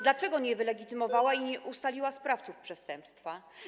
Dlaczego nie wylegitymowała i nie ustaliła sprawców przestępstwa?